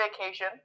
vacation